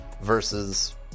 versus